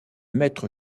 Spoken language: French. maître